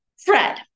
Fred